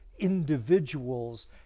individuals